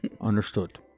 Understood